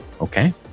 Okay